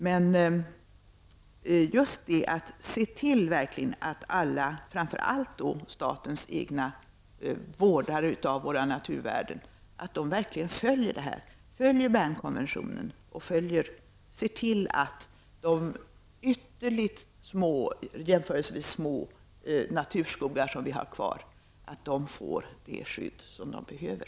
Men det gäller att se till att alla, framför allt statens egna vårdare av naturvärlden, verkligen följer Bernkonventionen och arbetar för att de jämförelsevis små naturskogar som vi har kvar får det skydd som de behöver.